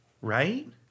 Right